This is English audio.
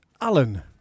Alan